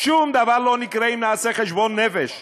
שום דבר לא יקרה אם נעשה חשבון נפש.